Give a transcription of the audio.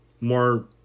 more